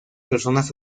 persona